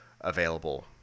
available